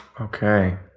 Okay